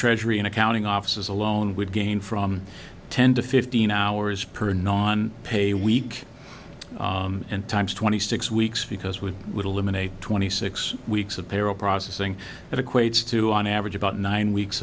treasury an accounting offices alone would gain from ten to fifteen hours per non pay week end times twenty six weeks because we would eliminate twenty six weeks of payroll processing that equates to on average about nine weeks